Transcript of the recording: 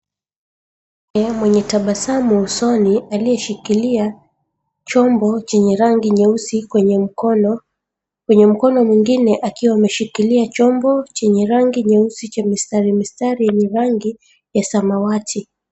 Mwenye tabasamu usoni aliyeshikilia chombo chenye rangi nyeusi kwenye mkono. Kwenye mkono mwingine akiwa ameshikilia chombo chenye rangi nyeusi cha mistari mistari yenye rangi ya samawati.